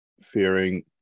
Fearing